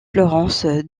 florence